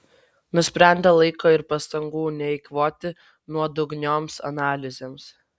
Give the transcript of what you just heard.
nusprendė laiko ir pastangų neeikvoti nuodugnioms analizėms